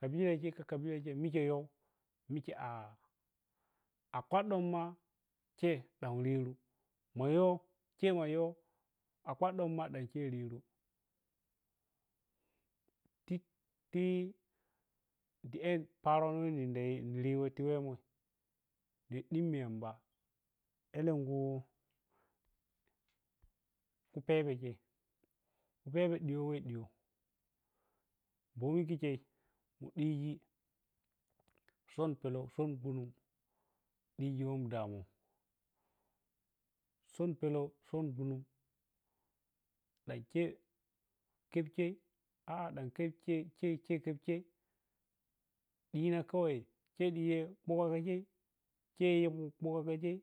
Kabichei ka kabechei miche yow moccho ah abaddo ma chei dan riru maya cheina yow a badiba nei dan chei riru tipi paaro weh mundayi tiiwemo ni dinmi yamba elenken kei pebhenche chei ken pebhe diip wehdiyow bomi kerchei ni diji son pelou son gbunen diji wom damuwa son pekou son gbunun dan chei ke achei ah da nkepchei kepchei kepachei di kawai che dita tuga ka chei a’a chei tunga ka chei